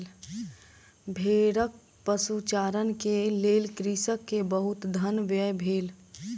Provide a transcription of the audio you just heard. भेड़क पशुचारण के लेल कृषक के बहुत धन व्यय भेल